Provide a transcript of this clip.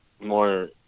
more